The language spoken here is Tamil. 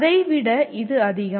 அதை விட இது அதிகம்